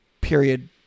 period